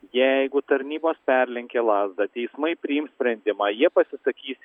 jeigu tarnybos perlenkė lazdą teismai priims sprendimą jie pasisakys